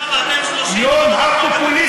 אנחנו חמישה ואתם 30. יום הפופוליסטים.